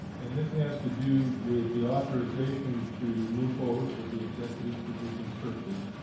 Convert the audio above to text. and this has to do with the authorization to move forward with the executive position searches,